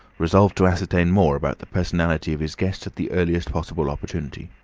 resolved to ascertain more about the personality of his guest at the earliest possible opportunity.